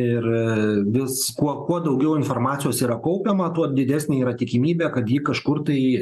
ir viskuo kuo daugiau informacijos yra kaupiama tuo didesnė yra tikimybė kad ji kažkur tai